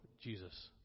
Jesus